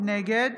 נגד